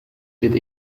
wird